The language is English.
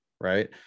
right